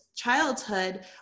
childhood